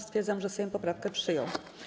Stwierdzam, że Sejm poprawkę przyjął.